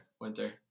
Winter